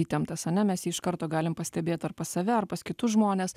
įtemptas ane mes jį iš karto galim pastebėt ar pas save ar pas kitus žmones